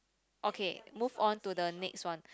okay move on to the next one